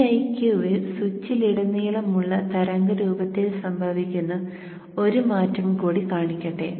Viq ൽ സ്വിച്ചിലുടനീളമുള്ള തരംഗരൂപത്തിൽ സംഭവിക്കുന്ന ഒരു മാറ്റം കൂടി കാണിക്കട്ടെ